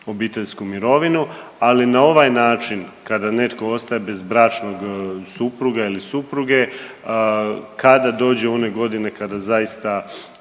obiteljsku mirovinu. Ali na ovaj način kada netko ostaje bez bračnog supruga ili supruge, kada dođe u one godine kada zaista